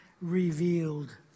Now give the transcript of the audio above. revealed